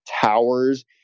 towers